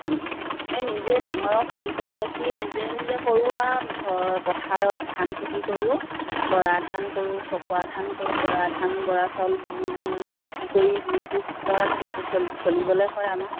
আমি এই নিজে ডাঙৰক খেতি কৰা দেখি নিজে নিজে কৰোঁ আৰু পথাৰত ধান খেতি কৰোঁ বৰা ধান কৰোঁ চকুৱা ধান কৰোঁ বৰা ধান বৰা চাউল বিক্ৰী কৰি বিহু সময়ত বিহু চল চলিবলৈ হয় আমাৰ